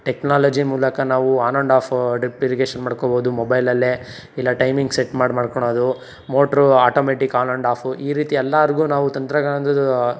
technology ಮೂಲಕ ನಾವು on and off drip irrigation ಮಾಡ್ಕೊಬೋದು ಮೊಬೈಲಲ್ಲೇ ಇಲ್ಲ ಟೈಮಿಂಗ್ ಸೆಟ್ ಮಾಡಿ ಮಾಡ್ಕೊಳದು motor automatic on and off ಈ ರೀತಿ ಎಲ್ಲರ್ಗು ನಾವು ತಂತ್ರಜ್ಞಾನದ